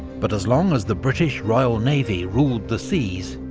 but as long as the british royal navy ruled the seas,